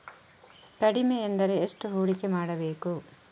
ಕಡಿಮೆ ಎಂದರೆ ಎಷ್ಟು ಹೂಡಿಕೆ ಮಾಡಬೇಕು?